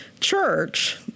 Church